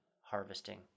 harvesting